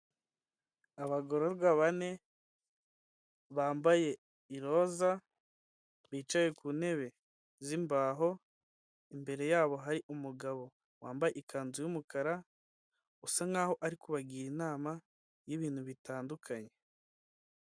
Abagororwa bane bambaye iroza bicaye ku ntebe z'imbaho, imbere yabo hari umugabo wambaye ikanzu y'umukara usa nk'aho ari kubagira inama y'ibintu bitandukanye.